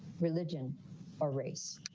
religion or race.